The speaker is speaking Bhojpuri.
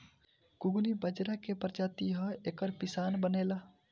कुगनी बजरा के प्रजाति ह एकर पिसान बनेला